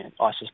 ISIS